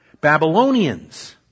Babylonians